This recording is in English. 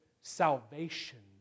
salvation